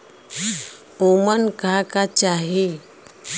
उमन का का चाही?